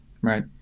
Right